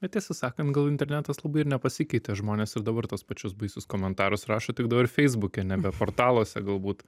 bet tiesą sakant gal internetas labai ir nepasikeitė žmonės ir dabar tuos pačius baisius komentarus rašo tik dabar feisbuke nebe portaluose galbūt